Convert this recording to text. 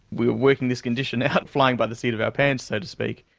we were working this condition out flying by the seat of our pants so to speak.